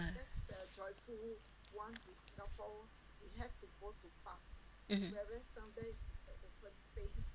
mmhmm